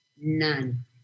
None